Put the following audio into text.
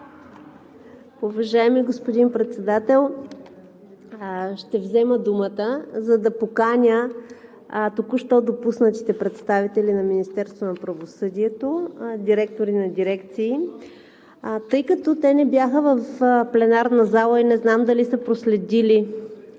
Уважаеми господин Председател, ще взема думата, за да поканя току-що допуснатите представители на Министерството на правосъдието – директори на дирекции, тъй като те не бяха в пленарната зала и не знам дали са проследили дебата